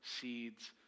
seeds